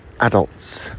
adults